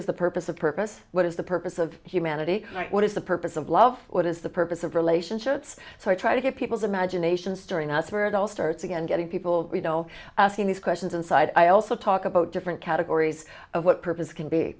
is the purpose of purpose what is the purpose of humanity what is the purpose of love what is the purpose of relationships so i try to get people's imaginations during us where it all starts again getting people you know asking these questions inside i also talk about different categories of what purpose can be